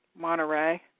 Monterey